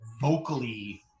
vocally